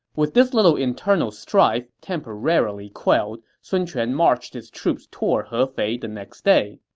with this little internal strife temporarily quelled, sun quan marched his troops toward hefei the next day.